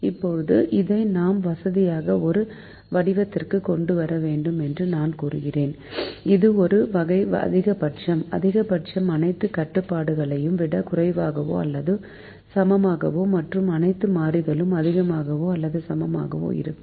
இப்போது இதை நமக்கு வசதியான ஒரு வடிவத்திற்கு கொண்டு வர வேண்டும் என்று நாம் கூறினோம் இது ஒரு வகை அதிகபட்சம் அதிகபட்சம் அனைத்து கட்டுப்பாடுகளையும் விட குறைவாகவோ அல்லது சமமாகவோ மற்றும் அனைத்து மாறிகள் அதிகமாகவோ அல்லது சமமாகவோ இருக்கும்